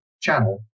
channel